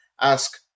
ask